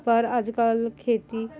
ਪਰ ਅੱਜ ਕੱਲ੍ਹ ਖੇਤੀ